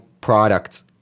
products